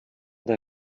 der